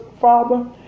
father